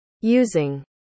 Using